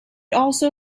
also